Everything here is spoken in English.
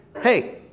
Hey